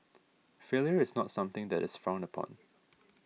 failure is not something that is frowned upon